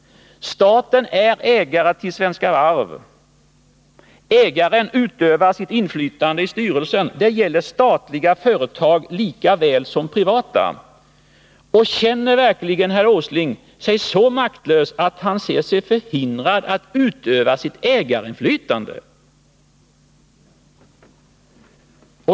Staten är ägare till Svenska Varv. Ägaren utövar sitt inflytande i styrelsen. Det gäller statliga företag lika väl som privata. Känner verkligen herr Åsling sig så maktlös att han ser sig förhindrad att utöva sitt ägarinflytande?